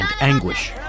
anguish